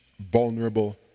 vulnerable